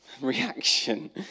reaction